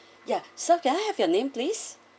ya sir can I have your name please